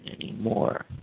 anymore